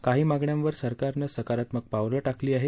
काही मागण्यांवर सरकारनं सकारात्मक पावलं टाकली आहेत